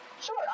Sure